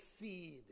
seed